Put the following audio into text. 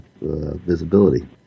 visibility